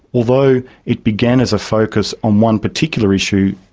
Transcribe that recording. although it began as a focus on one particular issue,